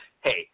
hey